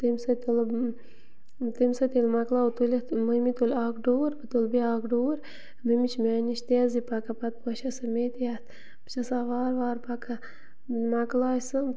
تمہِ سۭتۍ تُلو تمہِ سۭتۍ ییٚلہِ مَکلاوو تُلِتھ مٔمی تُلۍ اَکھ ڈوٗر بہٕ تُلہٕ بیاکھ ڈوٗر مٔمی چھِ میٛانہِ نِش تیزٕے پَکان پَتہٕ پوشہِ سُہ مےٚ تہِ یتھ بہٕ چھَسا وارٕ وارٕ پَکان مۄکلاے سُہ